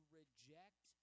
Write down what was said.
reject